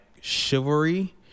Chivalry